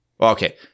Okay